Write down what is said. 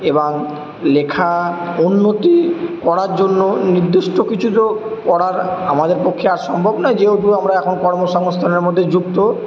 এবং লেখা উন্নতি করার জন্য নির্দিষ্ট কিছু তো করার আমাদের পক্ষে আর সম্ভব নয় যেহেতু আমরা এখন কর্মসংস্থানের মধ্যে যুক্ত